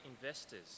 investors